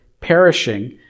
perishing